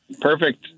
perfect